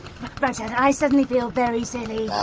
i suddenly feel very silly.